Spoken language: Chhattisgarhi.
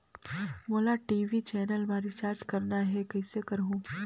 मोला टी.वी चैनल मा रिचार्ज करना हे, कइसे करहुँ?